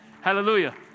Hallelujah